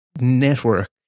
network